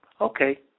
Okay